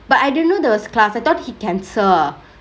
but I didn't know there was class I thought he cancelled